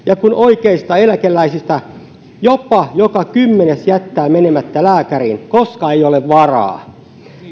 ja oikeista eläkeläisistä jopa joka kymmenes jättää menemättä lääkäriin koska ei ole varaa